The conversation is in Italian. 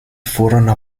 furono